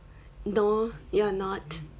no you're not